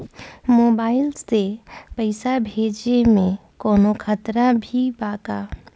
Mobile से पैसा भेजे मे कौनों खतरा भी बा का?